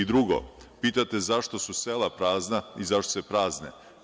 Drugo, pitate zašto su sela prazna i zašto se prazne.